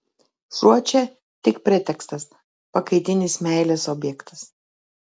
šuo čia tik pretekstas pakaitinis meilės objektas